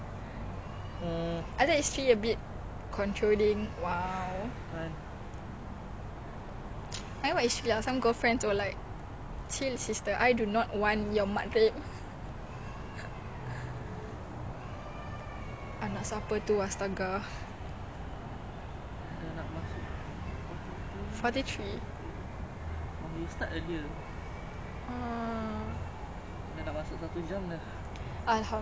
forty three I hungry lah I cause actually I forgot what we actually talk about though really that's a lot I feel like the topic we talk about was like heavy ya